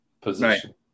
position